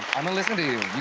i'ma listen to you, you